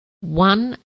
one